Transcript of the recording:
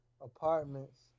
apartments